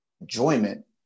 enjoyment